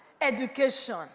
education